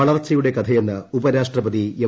വളർച്ചയുടെ കഥയെന്ന് ഉപരാഷ്ട്രപതി എം